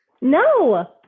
No